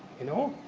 you know?